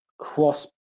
cross